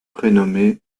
prénommé